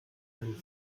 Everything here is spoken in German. einen